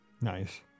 Nice